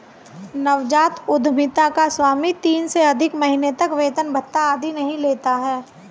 नवजात उधमिता का स्वामी तीन से अधिक महीने तक वेतन भत्ता आदि नहीं लेता है